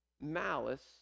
malice